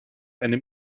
einem